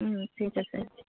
ঠিক আছে